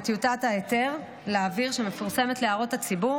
בטיוטת ההיתר לאוויר שמפורסמת להערות הציבור